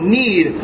need